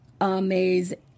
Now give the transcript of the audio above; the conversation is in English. Amazing